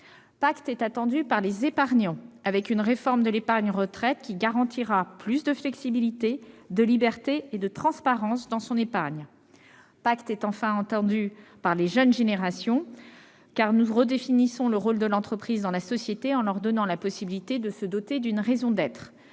Pacte l'est en outre par les épargnants, auxquels la réforme de l'épargne retraite garantira plus de flexibilité, de liberté et de transparence. Attendu, Pacte l'est encore par les jeunes générations, car nous redéfinissons le rôle de l'entreprise dans la société en lui donnant la possibilité de se doter d'une raison d'être.